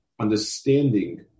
understanding